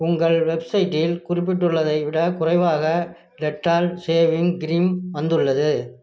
உங்கள் வெப்சைட்டில் குறிப்பிட்டுள்ளதை விடக் குறைவாக டெட்டால் ஷேவிங் க்ரீம் வந்துள்ளது